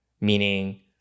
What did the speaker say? Meaning